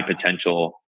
potential